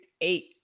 eight